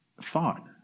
thought